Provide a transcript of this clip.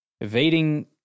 Evading